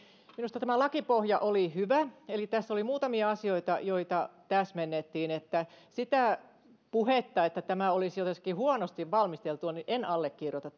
minusta tämä lakipohja oli hyvä eli tässä oli muutamia asioita joita täsmennettiin sitä puhetta että tämä olisi jotenkin huonosti valmisteltu en allekirjoita